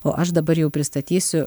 o aš dabar jau pristatysiu